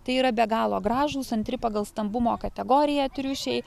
tai yra be galo gražūs antri pagal stambumo kategoriją triušiai